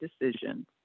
decision